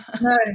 No